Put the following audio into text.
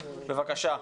בבקשה.